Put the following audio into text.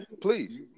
Please